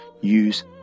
use